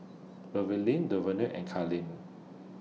Beverly Devonte and Kalene